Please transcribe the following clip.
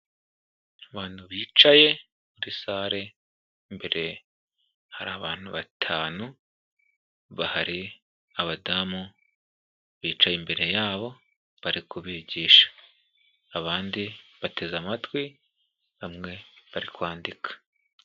Abantu bicaye muri sale, imbere hari abantu batanu bahari, abadamu bicaye imbere yabo bari kubigisha, abandi bateze amatwi bamwe bari kwandika.